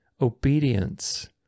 obedience